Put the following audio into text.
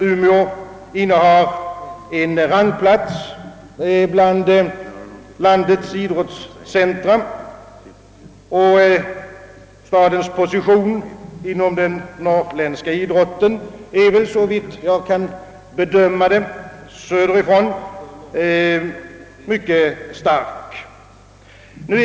Umeå innehar en rangplats bland landets idrottscentra, och stadens position inom den norrländska idrotten är, såvitt jag söderifrån kan bedöma det, mycket stark.